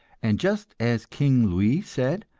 and just as king louis said,